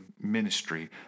ministry